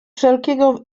wszelkiego